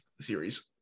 series